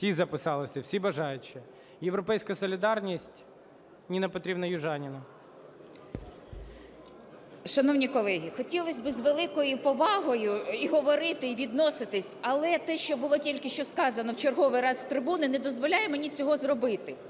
Всі записалися, всі бажаючі? "Європейська солідарність", Ніна Петрівна Южаніна. 13:51:30 ЮЖАНІНА Н.П. Шановні колеги, хотілось би з великою повагою і говорити, і відноситись, але те, що було тільки що сказано в черговий раз з трибуни, не дозволяє мені цього зробити.